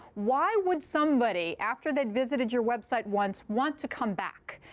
why would somebody, after they'd visited your website once, want to come back?